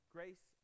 Grace